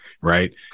right